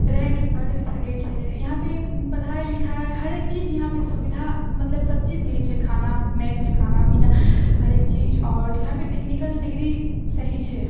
रहिके पढ़ि सकैत छै इहाँपे पढ़ाइ लिखाइ हरेक चीज इहाँपे सुविधा मतलब सभ चीज मिलैत छै खाना मेसमे खाना पीना हरेक चीज आओर इहाँपे टेक्निकल डिग्री सही छै